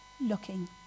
looking